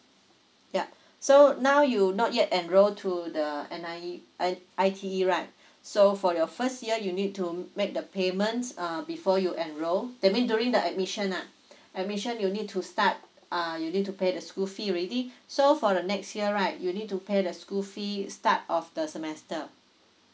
yup so now you not yet enroll to the N_I_E uh I_T_E right so for your first year you need to make the payments uh before you enroll that mean during the admission ah admission you need to start uh you need to pay the school fee already so for the next year right you need to pay the school fee start of the semester